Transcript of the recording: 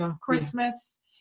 Christmas